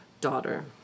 daughter